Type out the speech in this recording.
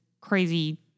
crazy